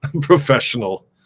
professional